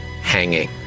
Hanging